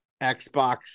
Xbox